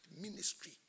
ministry